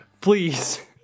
please